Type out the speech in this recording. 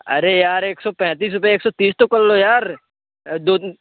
अरे यार एक सौ पैंतीस रुपए एक सौ तीस तो कर लो यार दो